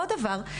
דבר נוסף,